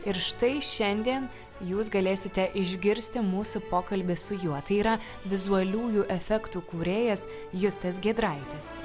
ir štai šiandien jūs galėsite išgirsti mūsų pokalbį su juo tai yra vizualiųjų efektų kūrėjas justas giedraitis